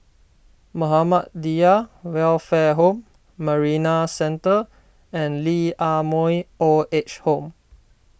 Muhammadiyah Welfare Home Marina Centre and Lee Ah Mooi Old Age Home